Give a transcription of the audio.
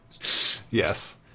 Yes